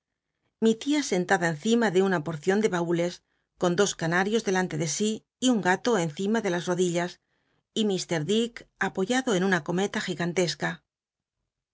mi tia sentada encima de una jlo baules con dos canarios delante de si y un galo encima de las rodillas y iir dick apoyado en una cometa gigantesca